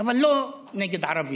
אבל לא נגד ערבי.